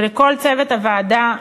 ולכל צוות הוועדה,